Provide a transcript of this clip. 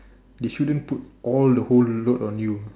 they shouldn't put all the whole load on you